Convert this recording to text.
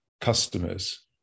customers